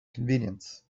convenience